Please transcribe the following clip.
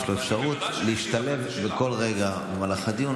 יש לו אפשרות להשתלב בכל רגע במהלך הדיון.